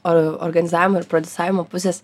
ar organizavimo ir prodisavimo pusės